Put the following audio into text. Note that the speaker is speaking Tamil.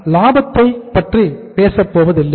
நாம் லாபத்தை பற்றி பேசப்போவதில்லை